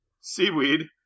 Seaweed